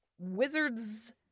Wizards